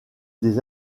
des